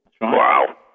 Wow